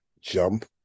jump